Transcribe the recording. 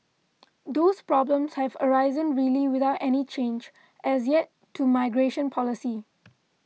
those problems have arisen really without any change as yet to migration policy